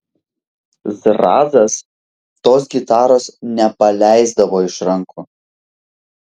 zrazas tos gitaros nepaleisdavo iš rankų